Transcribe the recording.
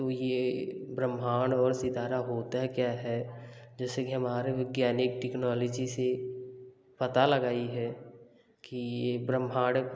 तो ये ब्रह्माण्ड और सितारा होता क्या है जैसे कि हमारे विज्ञान टेक्नोलॉजी से पता लगाई है कि ये ब्रह्माण्ड